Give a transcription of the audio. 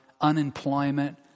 unemployment